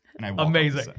Amazing